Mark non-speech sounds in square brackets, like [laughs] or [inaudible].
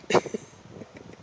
[laughs]